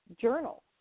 journal